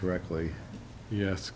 correctly yes